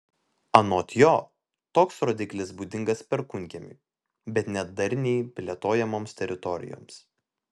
anot jo toks rodiklis būdingas perkūnkiemiui bet ne darniai plėtojamoms teritorijoms